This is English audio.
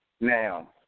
Now